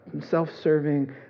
self-serving